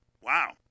wow